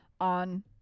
on